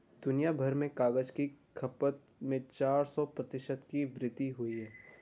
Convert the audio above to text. दुनियाभर में कागज की खपत में चार सौ प्रतिशत की वृद्धि हुई है